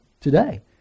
today